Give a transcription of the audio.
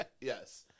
yes